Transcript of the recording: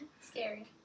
Scary